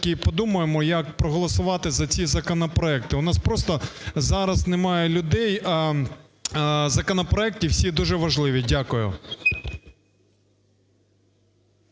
подумаємо, як проголосувати за ці законопроекти. У нас просто зараз немає людей, а законопроекти всі дуже важливі. Дякую.